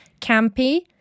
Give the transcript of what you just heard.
campy